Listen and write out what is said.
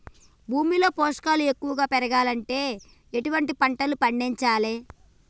భూమిలో పోషకాలు ఎక్కువగా పెరగాలంటే ఎటువంటి పంటలు పండించాలే?